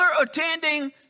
attending